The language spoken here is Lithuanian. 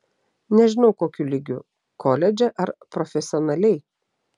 nežinau kokiu lygiu koledže ar profesionaliai